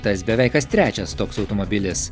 tas beveik kas trečias toks automobilis